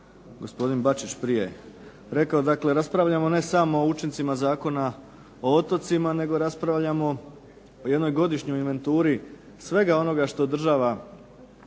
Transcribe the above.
gospodin Bačić prije rekao. Dakle, raspravljamo ne samo o učincima Zakona o otocima nego raspravljamo o jednoj godišnjoj inventuri svega onoga što država